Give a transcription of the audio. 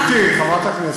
גברתי חברת הכנסת,